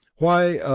why ah